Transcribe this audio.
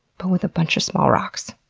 but with a bunch of small rocks.